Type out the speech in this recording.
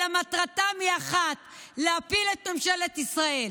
אלא מטרתם היא אחת: להפיל את ממשלת ישראל.